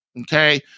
Okay